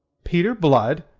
peter blood?